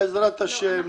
בעזרת השם,